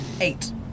Eight